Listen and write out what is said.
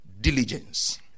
diligence